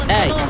Hey